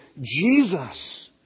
Jesus